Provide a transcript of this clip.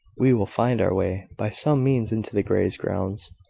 we will find our way by some means into the greys' grounds,